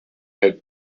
had